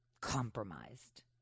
Compromised